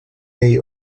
day